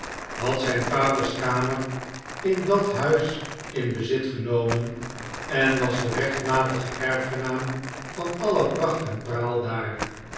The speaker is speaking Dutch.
had zijn vaders kamer in dat huis in bezit genomen en was de rechtmatige erfgenaam van alle pracht en praal daar